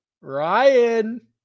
Ryan